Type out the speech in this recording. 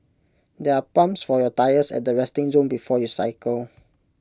there are pumps for your tyres at the resting zone before you cycle